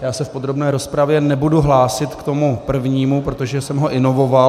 Já se v podrobné rozpravě nebudu hlásit k tomu prvnímu, protože jsem ho inovoval.